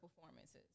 performances